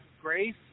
grace